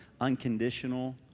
unconditional